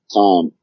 time